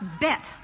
bet